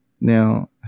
Now